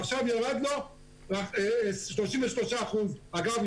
עכשיו ירד לו 33% אגב,